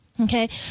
okay